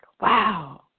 wow